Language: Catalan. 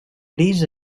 gris